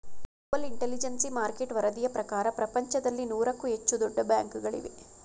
global intelligence market ವರದಿಯ ಪ್ರಕಾರ ಪ್ರಪಂಚದಲ್ಲಿ ನೂರಕ್ಕೂ ಹೆಚ್ಚು ದೊಡ್ಡ ಬ್ಯಾಂಕುಗಳಿವೆ